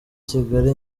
kigali